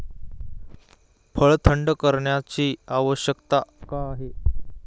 फळ थंड करण्याची आवश्यकता का आहे?